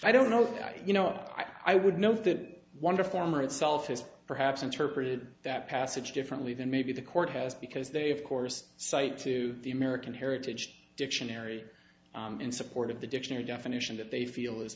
i don't know you know i would know that wonder former itself is perhaps interpreted that passage differently than maybe the court has because they of course cite to the american heritage dictionary in support of the dictionary definition that they feel is